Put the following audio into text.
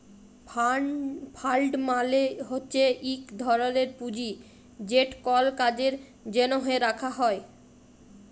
fund মালে হছে ইক ধরলের পুঁজি যেট কল কাজের জ্যনহে রাখা হ্যয়